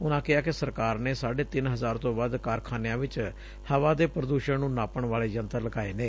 ਉਨੂਾ ਕਿਹਾ ਕਿ ਸਰਕਾਰ ਨੇ ਸਾਢੇ ਤਿੰਨ ਹਜ਼ਾਰ ਤੋਂ ਵੱਧ ਕਾਰਖਾਨਿਆਂ ਵਿਚ ਹਵਾ ਦੇ ਪ੍ਰਦੂਸਣ ਨੂੰ ਨਾਪਣ ਵਾਲੇ ਯੰਤਰ ਲਗਾਏ ਨੇ